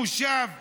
המושב נגמר,